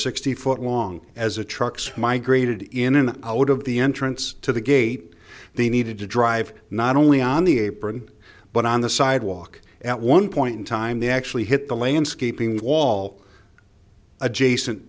foot long as the trucks migrated in and out of the entrance to the gate they needed to drive not only on the apron but on the sidewalk at one point in time they actually hit the landscaping wall adjacent